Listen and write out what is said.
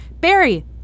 Barry